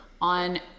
on